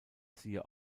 siehe